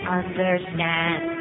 understand